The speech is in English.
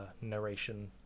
narration